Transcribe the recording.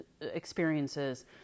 experiences